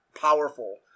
powerful